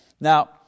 Now